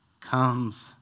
comes